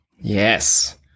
Yes